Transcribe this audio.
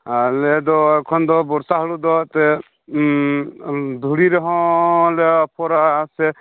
ᱟᱞᱮᱫᱚ ᱮᱠᱷᱚᱱ ᱫᱚ ᱵᱚᱨᱥᱟ ᱦᱩᱲᱩ ᱫᱚ ᱮᱱᱛᱮᱫ ᱫᱷᱩᱲᱤ ᱨᱮᱦᱚᱸ ᱞᱮ ᱟᱯᱷᱚᱨᱟ ᱥᱮ